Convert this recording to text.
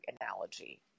analogy